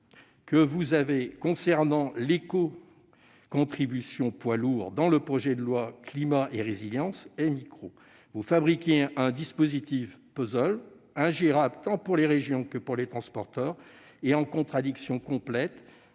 régionale de l'écocontribution poids lourds dans le projet de loi Climat et résilience est « micro ». Vous fabriquez un dispositif « puzzle », ingérable tant pour les régions que pour les transporteurs et en contradiction complète